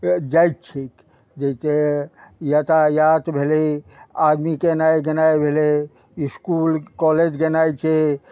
जाइत छैक जैसँ यातायात भेल आदमीके एनाइ गेनाइ भेलै इसकुल कॉलेज गेनाइ छै